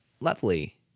lovely